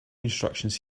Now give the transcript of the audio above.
instructions